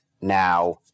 now